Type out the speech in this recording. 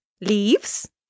Leaves